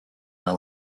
the